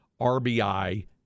RBI